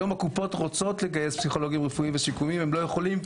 הקופות רוצות לגייס היום פסיכולוגים רפואיים ושיקומיים הן לא יכולות,